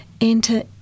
enter